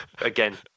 again